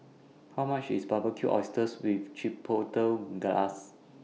How much IS Barbecued Oysters with Chipotle Glaze